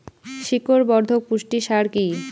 শিকড় বর্ধক পুষ্টি সার কি?